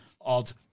odd